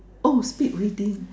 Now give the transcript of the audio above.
oh speed reading